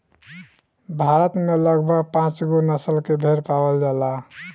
भारत में लगभग पाँचगो नसल के भेड़ पावल जाला